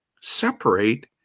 separate